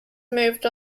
moved